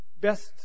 Best